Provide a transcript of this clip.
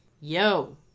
Yo